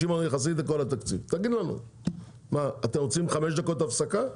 אתם רוצים חמש דקות הפסקה?